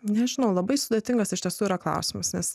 nežinau labai sudėtingas iš tiesų yra klausimas nes